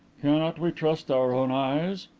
cannot we trust our own eyes?